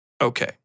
Okay